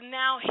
now